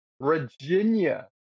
Virginia